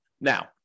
Now